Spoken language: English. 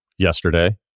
Yesterday